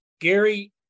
Gary